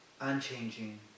unchanging